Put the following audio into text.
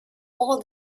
all